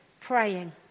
praying